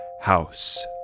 House